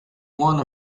want